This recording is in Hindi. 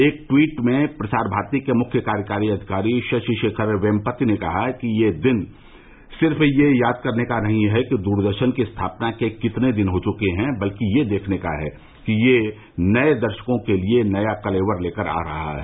एक ट्वीट में प्रसार भारती के मुख्य कार्यकारी अधिकारी शशि शेखर वेमपति ने कहा कि यह दिन सिर्फ ये याद करने का नहीं है कि दूरदर्शन की स्थापना के कितने दिन हो चुके हैं बल्कि यह देखने का है कि यह नए दर्शकों के लिए नया कलेवर लेकर आ रहा है